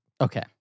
Okay